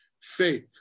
faith